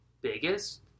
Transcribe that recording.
Biggest